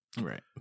right